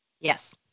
Yes